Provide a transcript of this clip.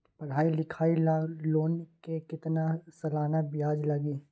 पढाई लिखाई ला लोन के कितना सालाना ब्याज लगी?